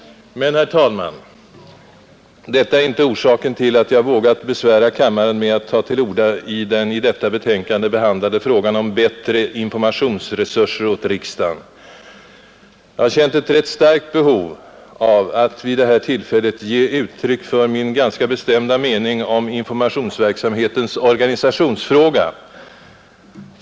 Men, herr talman, detta är inte orsaken till att jag vågat besvära kammarens ledamöter med att ta till orda i den i detta betänkande behandlade frågan om bättre informationsresurser åt riksdagen. Jag har känt ett rätt starkt behov av att vid detta tillfälle ge uttryck för min ganska bestämda mening om informationsverksamhetens organisationsfråga.